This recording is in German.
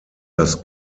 das